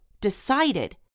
decided